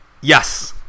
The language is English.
Yes